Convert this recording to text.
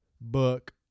book